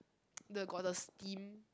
the got the steam